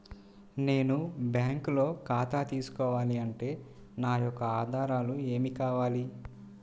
నేను బ్యాంకులో ఖాతా తీసుకోవాలి అంటే నా యొక్క ఆధారాలు ఏమి కావాలి?